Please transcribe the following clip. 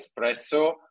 Espresso